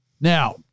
Now